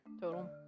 total